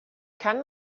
kann